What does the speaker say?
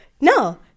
No